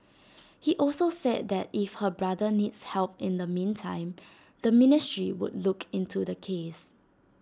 he also said that if her brother needs help in the meantime the ministry would look into the case